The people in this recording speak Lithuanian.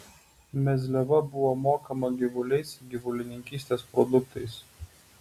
mezliava buvo mokama gyvuliais gyvulininkystės produktais